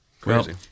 Crazy